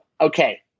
okay